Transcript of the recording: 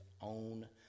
own